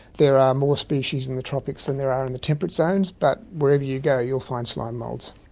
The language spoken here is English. there are more species in the tropics than there are in the temperate zones but wherever you go you'll find slime moulds.